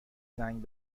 زنگ